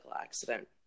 accident